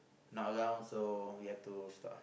not around so we have to stop